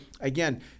again